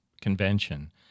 convention